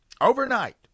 Overnight